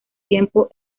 tiempo